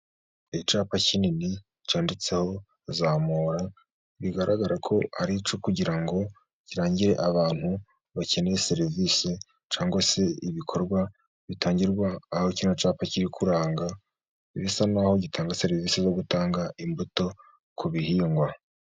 Icyapa kinini cyanditseho Zamura, bigaragara ko ari icyo kugira ngo kirangire abantu bakeneye serivisi cyangwa se ibikorwa bitangirwa aho iki cyapa kiri kuranga, bisa n'aho gitanga serivisi zo gutanga imbuto ku bihingwa.